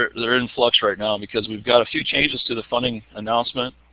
are in flux right now because we've got a few changes to the funding announcement